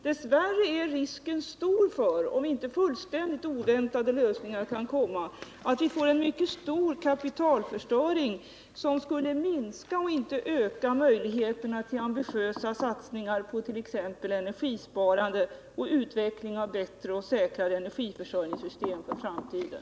Dess värre är det stor risk för att vi får en mycket stor kapitalförstöring som skulle minska — och inte öka — möjligheterna till ambitiösa satsningar på t.ex. energisparande och utveckling av bättre och säkrare energiförsörjningssystem för framtiden.